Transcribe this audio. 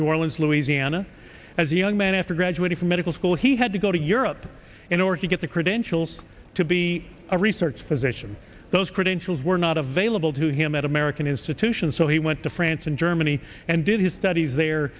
new orleans louisiana as a young man after graduating from medical school he had to go to europe in order to get the credentials to be a research physician those credentials were not available to him at american institutions so he went to france and germany and did his studies there